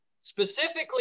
specifically